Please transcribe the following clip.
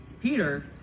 Peter